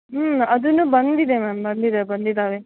ಹ್ಞೂ ಅದೂನು ಬಂದಿದೆ ಮ್ಯಾಮ್ ಬಂದಿದೆ ಬಂದಿದ್ದಾವೆ